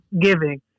giving